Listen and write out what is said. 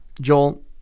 Joel